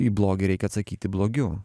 į blogį reikia atsakyti blogiu